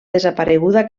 desapareguda